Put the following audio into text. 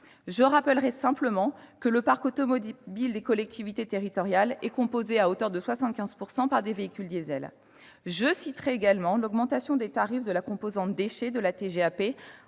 Je rappellerai simplement que le parc automobile des collectivités territoriales est composé à hauteur de 75 % par des véhicules diesel. Je citerai également l'augmentation des tarifs de la composante « déchets » de la TGAP